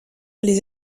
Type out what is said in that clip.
les